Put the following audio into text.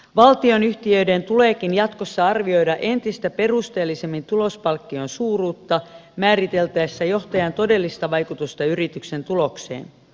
valtionyhtiöiden tuleekin jatkossa arvioida entistä perusteellisemmin tulospalkkion suuruutta määriteltäessä johtajan todellista vaikutusta yrityksen tulokseen